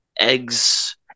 eggs